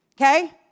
Okay